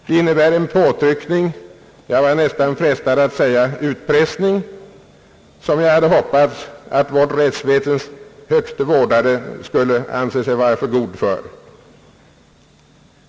Det innebär en påtryckning — jag är nästan frestad att säga utpressning — som jag hade hoppats att vårt rättsväsens högste vårdare skulle anse sig vara för god för.